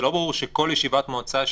זה לא ברור שכל ישיבת מועצה שגרתית,